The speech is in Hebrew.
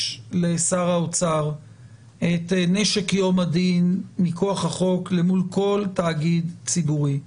יש לשר האוצר את נשק יום הדין מכוח החוק למול כל תאגיד ציבורי.